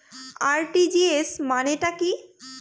RTGS মানে টা কি?